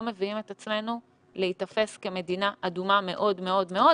מביאים את עצמנו להיתפס כמדינה מאוד מאוד אדומה,